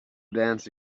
dance